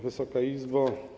Wysoka Izbo!